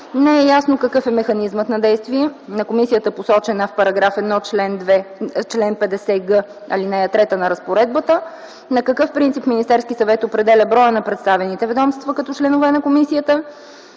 не е ясно какъв е механизмът на действие на комисията посочена в § 1, чл. 50г, ал. 3 на разпоредбата; на какъв принцип Министерския съвет определя броя на представените ведомства като членове на комисията;